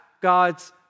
God's